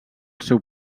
seu